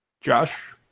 Josh